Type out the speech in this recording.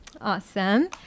Awesome